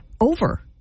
over